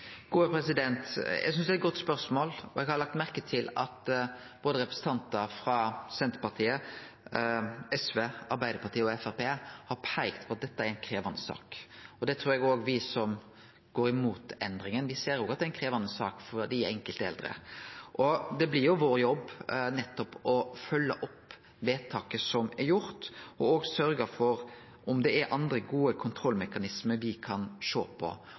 Eg synest det er eit godt spørsmål, og eg har lagt merke til at representantar frå både Senterpartiet, SV, Arbeidarpartiet og Framstegspartiet har peikt på at dette er ei krevjande sak. Eg trur også me som går imot endringa, ser at det er ei krevjande sak for dei enkelte eldre. Det blir vår jobb nettopp å følgje opp vedtaket som er gjort, og å sørgje for å greie ut om det er andre, gode kontrollmekanismar me kan sjå på.